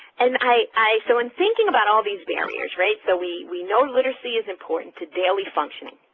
and i so in thinking about all these barriers, right? so we we know literacy is important to daily functioning.